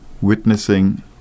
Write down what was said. witnessing